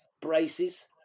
braces